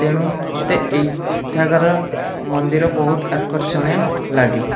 ତେଣୁ ମୋତେ ଏଇଠାକାର ମନ୍ଦିର ବହୁତ ଆକର୍ଷଣୀୟ ଲାଗେ